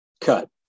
Cut